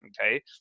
Okay